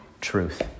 truth